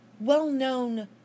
well-known